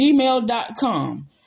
gmail.com